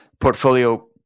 portfolio